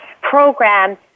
program